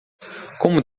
como